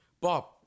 Bob